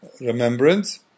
remembrance